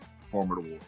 formidable